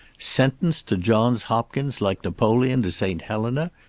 sentenced to johns hopkins, like napoleon to st. helena!